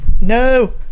No